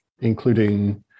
including